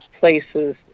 places